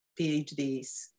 PhDs